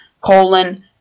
colon